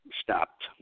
stopped